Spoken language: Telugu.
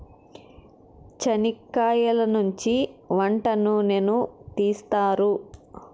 చనిక్కయలనుంచి వంట నూనెను తీస్తారు